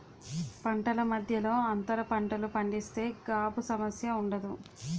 పంటల మధ్యలో అంతర పంటలు పండిస్తే గాబు సమస్య ఉండదు